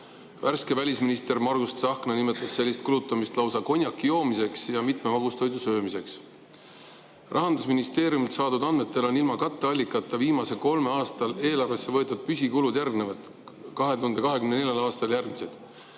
Värske välisminister Margus Tsahkna nimetas sellist kulutamist lausa konjaki joomiseks ja mitme magustoidu söömiseks. Rahandusministeeriumilt saadud andmete järgi on ilma katteallikata viimasel kolmel aastal eelarvesse võetud püsikulud 2024. aastal järgmised: